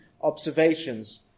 observations